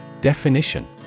Definition